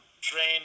train